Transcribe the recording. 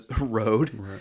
road